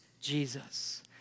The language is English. Jesus